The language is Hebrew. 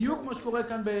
בדיוק כפי שקורה בישראל.